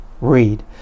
read